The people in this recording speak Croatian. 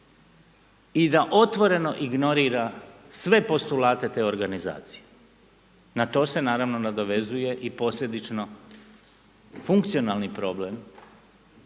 i da otvoreno ignorira sve postulate te organizacije. Na to se naravno nadovezuje i posljedično funkcionalni problem